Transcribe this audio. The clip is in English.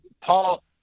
Paul